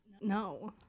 No